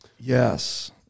Yes